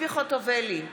ציפי חוטובלי,